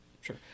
sure